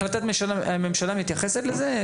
החלטת ממשלה מתייחסת לזה?